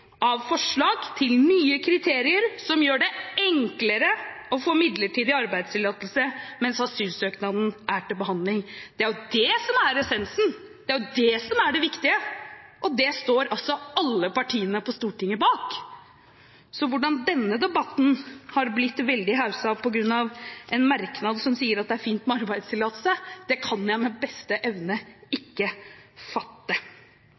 av forslag til nye kriterier som gjør det enklere å få midlertidig arbeidstillatelse mens asylsøknaden er til behandling.» Det er det som er essensen, det er det som er det viktige, og det står altså alle partiene på Stortinget bak. Så hvordan denne debatten har blitt veldig hausset opp på grunn av en merknad som sier at det er fint med arbeidstillatelse, kan jeg etter beste evne ikke fatte.